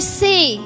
see